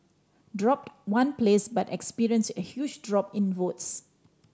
drop one place but experience a huge drop in votes